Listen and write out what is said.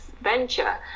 venture